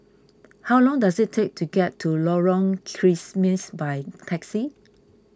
how long does it take to get to Lorong by taxi